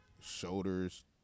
shoulders